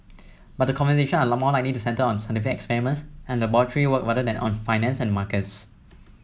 but the conversation are more likely to centre on scientific experiments and laboratory work rather than on finance and markets